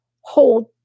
hold